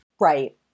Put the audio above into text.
Right